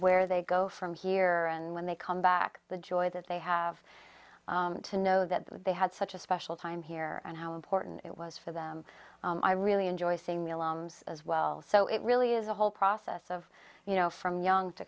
where they go from here and when they come back the joy that they have to know that they had such a special time here and how important it was for them i really enjoy singing along as well so it really is a whole process of you know from young to